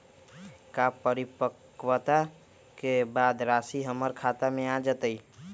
का परिपक्वता के बाद राशि हमर खाता में आ जतई?